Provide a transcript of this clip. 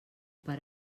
per